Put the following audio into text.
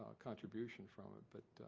ah contribution from it but